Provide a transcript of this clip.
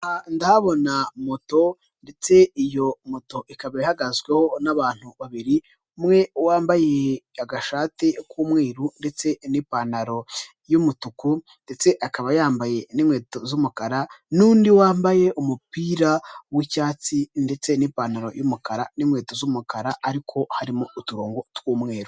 Hoteli zitandukanye zo mu Rwanda bakunze kubaka ibyo bakunze kwita amapisine mu rurimi rw'abanyamahanga aho ushobora kuba wahasohokera nabawe mukaba mwahagirira ibihe byiza murimo muroga mwishimisha .